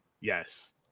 Yes